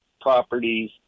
Properties